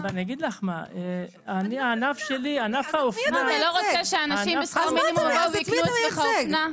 אתה לא רוצה שאנשים בשכר מינימום יבואו ויקנו אצלך אופנה?